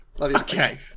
Okay